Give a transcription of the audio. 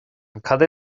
cad